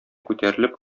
күтәрелеп